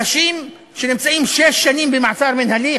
אנשים שנמצאים שש שנים במעצר מינהלי,